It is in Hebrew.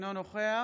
אינו נוכח